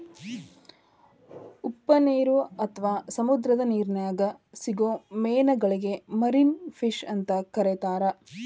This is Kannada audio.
ಉಪ್ಪನೇರು ಅತ್ವಾ ಸಮುದ್ರದ ನಿರ್ನ್ಯಾಗ್ ಸಿಗೋ ಮೇನಗಳಿಗೆ ಮರಿನ್ ಫಿಶ್ ಅಂತ ಕರೇತಾರ